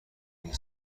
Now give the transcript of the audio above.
این